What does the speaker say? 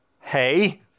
Hey